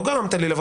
לא גרמת לי לומר